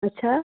آچھا